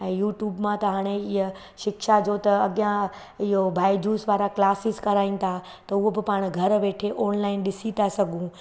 ऐं यूट्यूब मां त हाणे हीअ शिक्षा जो त अॻियां इहो बाएजूस वारा क्लासिस कराइण था त उहो बि पाण घरु वेठे ऑनलाइन ॾिसी था सघूं